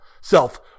Self